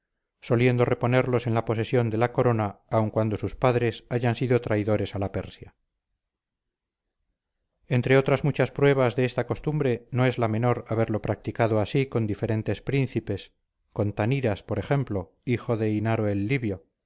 soliendo reponerlos en la posesión de la corona aun cuando sus padres hayan sido traidores a la persia entre otras muchas pruebas de esta costumbre no es la menor haberlo practicado así con diferentes príncipes con taniras por ejemplo hijo de inaro el libio